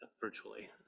virtually